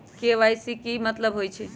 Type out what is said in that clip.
KYC के कि मतलब होइछइ?